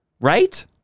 Right